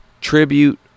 tribute